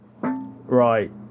Right